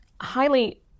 highly